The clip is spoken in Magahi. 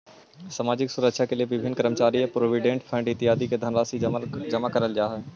सामाजिक सुरक्षा के लिए विभिन्न कर्मचारी प्रोविडेंट फंड इत्यादि में धनराशि जमा करल जा हई